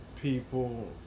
people